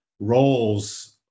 roles